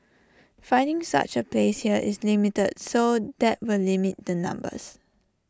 finding such A place here is limited so that will limit the numbers